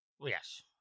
Yes